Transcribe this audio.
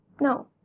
no